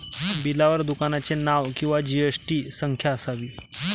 बिलावर दुकानाचे नाव किंवा जी.एस.टी संख्या असावी